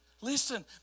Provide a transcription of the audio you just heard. Listen